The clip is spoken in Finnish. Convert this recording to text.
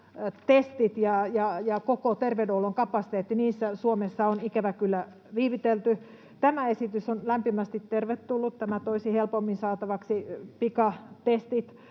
pikatestit ja koko terveydenhuollon kapasiteetti — Suomessa on ikävä kyllä viivytelty. Tämä esitys on lämpimästi tervetullut: tämä toisi helpommin saatavaksi pikatestit.